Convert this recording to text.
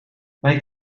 bij